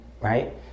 right